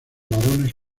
varones